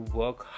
work